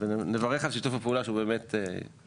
נברך על שיתוף הפעולה שהוא באמת חיובי.